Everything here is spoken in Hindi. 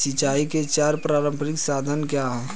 सिंचाई के चार पारंपरिक साधन क्या हैं?